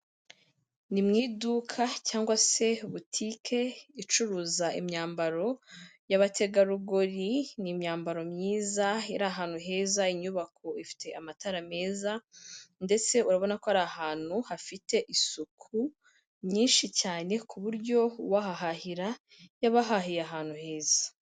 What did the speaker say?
Ni mu iduka cyangwa se butike icuruza imyambaro y'abategarugori, ni imyambaro myiza, iri ahantu heza, inyubako ifite amatara meza, ndetse urabona ko ari ahantu hafite isuku nyinshi cyane ku buryo uwahahahirayaba ahahiye ahantu heza.